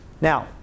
Now